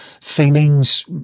feelings